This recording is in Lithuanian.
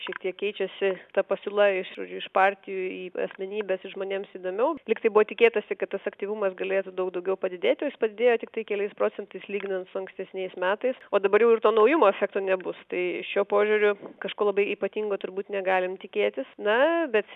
šiek tiek keičiasi ta pasiūla iš iš partijų asmenybės žmonėms įdomiau lyg tai buvo tikėtasi kad tas aktyvumas galėtų daug daugiau padidėti o jisai padidėjo tiktai keliais procentais lyginant su ankstesniais metais o dabar jau ir to naujumo nebus tai šiuo požiūriu kažko labai ypatingo turbūt negalim tikėtis na bet